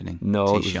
No